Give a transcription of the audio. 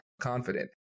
confident